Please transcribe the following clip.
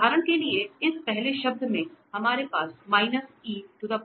उदाहरण के लिए इस पहले शब्द में हमारे पास है